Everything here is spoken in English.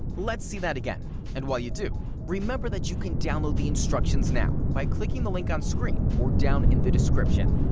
let's see that again and while you do remember that you can download the instructions now by clicking the link on screen or down in the description.